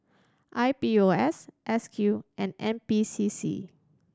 I P O S S Q and N P C C